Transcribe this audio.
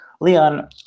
Leon